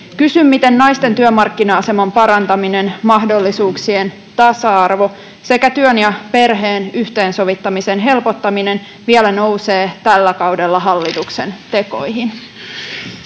Kysyn: miten naisten työmarkkina-aseman parantaminen, mahdollisuuksien tasa-arvo sekä työn ja perheen yhteensovittamisen helpottaminen vielä nousee tällä kaudella hallituksen tekoihin?